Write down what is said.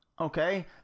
okay